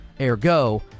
Ergo